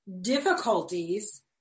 difficulties